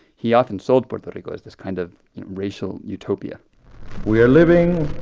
he often sold puerto rico as this kind of racial utopia we are living